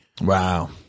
Wow